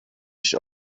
sich